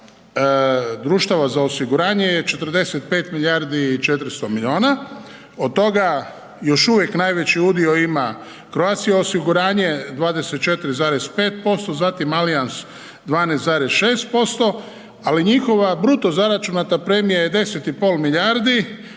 društava za osiguranje je 45 milijardi i 400 miliona. Od toga još uvijek najveći udio ima Croatia osiguranje 24,5%, zatim Allianz 12,6%, ali njihova bruto zaračunata premija je 10,5 milijardi